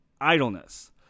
idleness